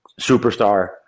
superstar